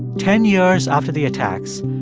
ten years after the attacks,